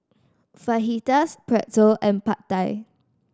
Fajitas Pretzel and Pad Thai